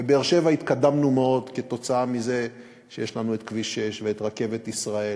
בבאר-שבע התקדמנו מאוד כתוצאה מזה שיש לנו את כביש 6 ואת רכבת ישראל,